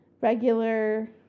regular